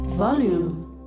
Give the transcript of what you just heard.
volume